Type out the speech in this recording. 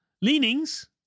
leanings